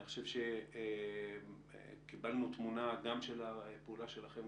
אני חושב שקיבלנו תמונה גם של הפעולה שלכם,